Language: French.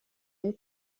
une